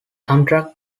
amtrak